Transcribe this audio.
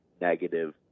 negative